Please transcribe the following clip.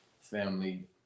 family